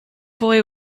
boy